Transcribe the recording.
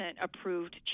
approved